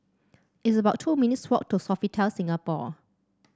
it's about two minutes' walk to Sofitel Singapore